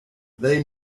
they